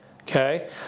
okay